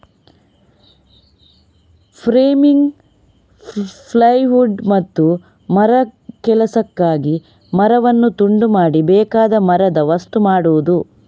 framing, plywood ಮತ್ತು ಮರಗೆಲಸಕ್ಕಾಗಿ ಮರವನ್ನು ತುಂಡು ಮಾಡಿ ಬೇಕಾದ ಮರದ ವಸ್ತು ಮಾಡುದು